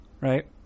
right